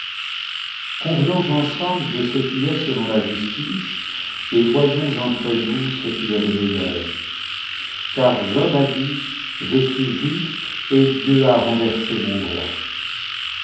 convenons ensemble de ce qui est selon la justice et voyons entre nous ce qui est le meilleur car job a dit je suis juste et dieu a renversé mon droit